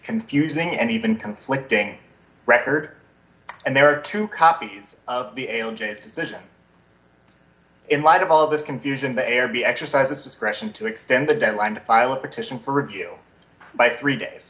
confusing and even conflicting record and there are two copies of the ale jury's decision in light of all this confusion the air be exercised its discretion to extend the deadline to file a petition for review by three days